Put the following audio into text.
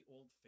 Old